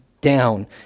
down